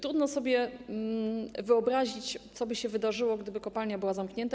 Trudno sobie wyobrazić, co by się wydarzyło, gdyby kopalnia była zamknięta.